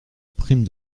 prime